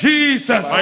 Jesus